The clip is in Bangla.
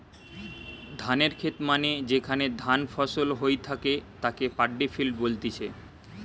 ধানের খেত মানে যেখানে ধান ফসল হই থাকে তাকে পাড্ডি ফিল্ড বলতিছে